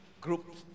groups